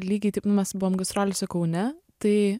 lygiai taip mes buvom gastrolėse kaune tai